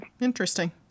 Interesting